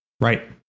Right